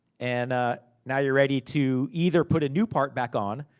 and ah now you're ready to, either put a new part back on,